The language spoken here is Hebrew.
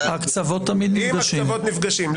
נו, הקצוות תמיד נפגשים.